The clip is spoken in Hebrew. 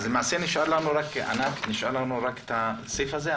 אז למעשה, ענת, נשאר לנו רק את הסעיף הזה.